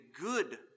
good